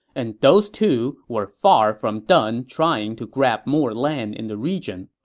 and those two were far from done trying to grab more land in the region.